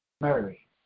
Mary